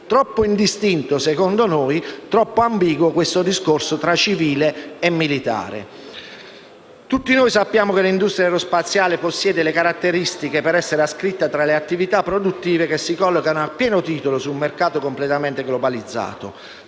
troppo indistinto e ambiguo questo discorso tra civile e militare. Tutti noi sappiamo che l'industria aerospaziale possiede le caratteristiche per essere ascritta tra le attività produttive che si collocano a pieno titolo su un mercato completamente globalizzato.